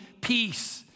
peace